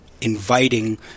inviting